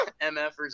mfers